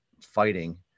fighting